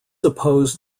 opposed